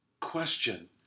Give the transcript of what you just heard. question